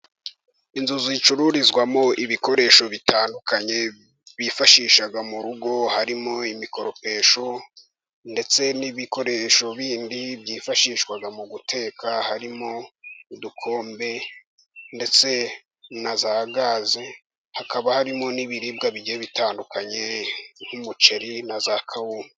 Inzu zicururizwamo ibikoresho bitandukanye bifashisha mu rugo, harimo imikoropesho ndetse n'ibikoresho bindi byifashishwa mu guteka, harimo udukombe ndetse na za gaze. Hakaba harimo n'ibiribwa bigiye bitandukanye, nk'umuceri na za kawunga.